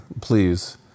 please